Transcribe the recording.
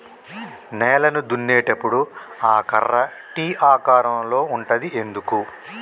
నేలను దున్నేటప్పుడు ఆ కర్ర టీ ఆకారం లో ఉంటది ఎందుకు?